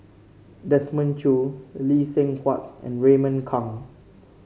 Desmond Choo Lee Seng Huat and Raymond Kang